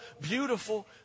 beautiful